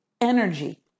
energy